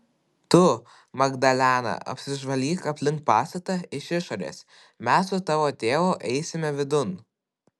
tu magdalena apsižvalgyk aplink pastatą iš išorės mes su tavo tėvu eisime vidun